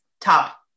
Top